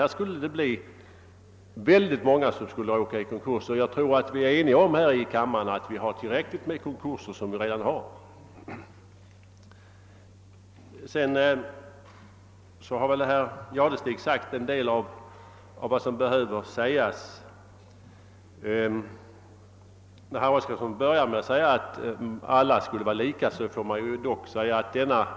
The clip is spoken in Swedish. Här skulle många råka i konkurs, och jag tror vi är eniga om att det inträffar tillräckligt många konkurser redan som det nu är. Herr Jadestig har väl sagt en del av vad som behöver sägas. Herr Oskarson började med att uttala, att alla borde ha lika rätt.